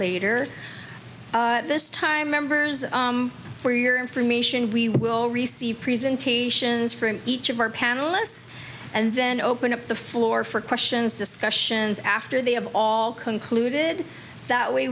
later this time members for your information we will receive presentations from each of our panelists and then open up the floor for questions discussions after they have all concluded that way